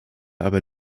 aber